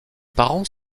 parents